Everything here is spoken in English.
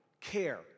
care